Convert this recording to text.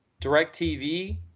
DirecTV